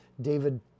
David